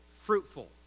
fruitful